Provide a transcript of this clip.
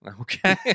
Okay